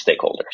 stakeholders